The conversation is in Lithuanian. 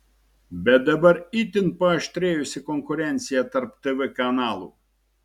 bet dabar itin paaštrėjusi konkurencija tarp tv kanalų